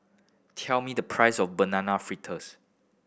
tell me the price of Banana Fritters